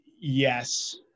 yes